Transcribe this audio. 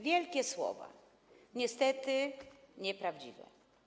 Wielkie słowa, niestety nieprawdziwe.